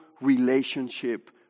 relationship